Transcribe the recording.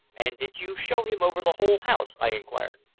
and did you show him over the whole house? i inquired.